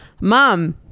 Mom